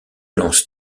lance